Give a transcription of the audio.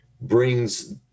brings